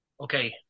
Okay